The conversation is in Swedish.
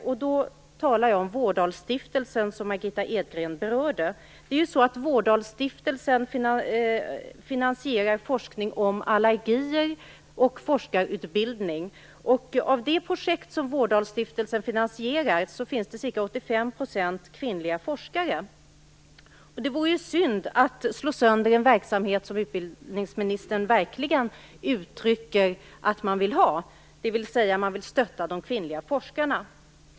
Jag talar då om Vårdalstiftelsen, som Margitta Edgren berörde. Vårdalstiftelsen finansierar forskning om allergier och forskarutbildning. I de projekt som Vårdalstiftelsen finansierar finns ca 85 % kvinnliga forskare. Det vore synd att slå sönder en verksamhet som utbildningsministern verkligen uttrycker att man vill ha - man vill ju stötta de kvinnliga forskarna.